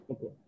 Okay